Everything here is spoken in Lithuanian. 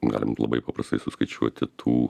galim labai paprastai suskaičiuoti tų